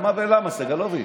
על מה ולמה, סגלוביץ'?